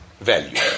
value